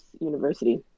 University